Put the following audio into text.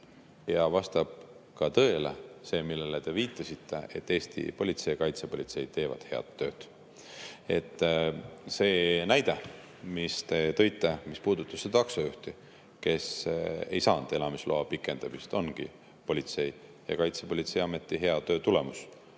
Vastab ka tõele see, millele te viitasite, et Eesti politsei ja kaitsepolitsei teevad head tööd. See näide, mis te tõite, mis puudutas taksojuhti, kes ei saanud elamisloa pikendamist, ongi politsei ja Kaitsepolitseiameti hea töö tulemus.